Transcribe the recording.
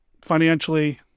Financially